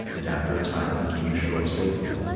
and after a time he came ashore safely.